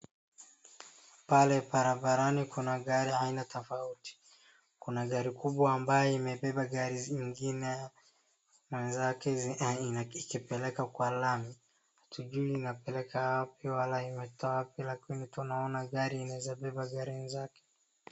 Pale barabarani kuna gari aina tofauti. Kuna gari kubwa ambayo imebemba gari zingine mwenzake aina, ikipeleka kwa lami. Sijui inapeleka wapi wala imetoa wapi lakini tu naona gari inaweza beba gari mwenzake.